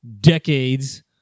decades